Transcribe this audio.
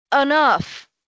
Enough